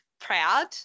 Proud